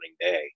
day